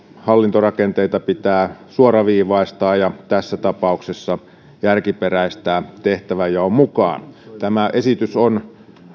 hallintorakenteita pitää suoraviivaistaa ja tässä tapauksessa järkiperäistää tehtävänjaon mukaan tämä esitys on